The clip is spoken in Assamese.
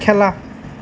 খেলা